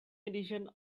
edition